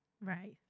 Right